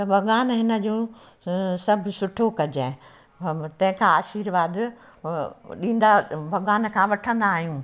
त भॻिवानु हिन जो सभु सुठो कजांइ हम तंहिंखां आशीर्वाद ॾींदा भॻिवान खां वठंदा आहियूं